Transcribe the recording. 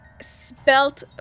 spelt